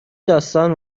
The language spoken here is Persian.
داستان